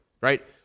right